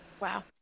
Wow